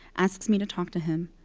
asks me to talk to him.